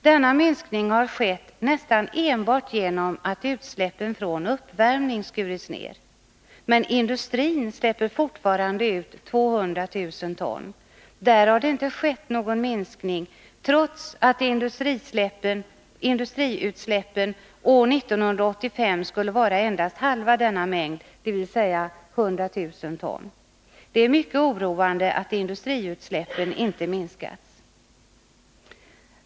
Denna minskning har skett nästan enbart genom att utsläppen från uppvärmning skurits ner. Men industrin släpper fortfarande ut 200 000 ton. Där har det inte skett någon minskning, trots att industriutsläppen år 1985 skall vara endast halva denna mängd, dvs. 100 000 ton. Det är mycket oroande att industriutsläppen inte har minskats.